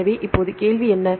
எனவே இப்போது கேள்வி என்ன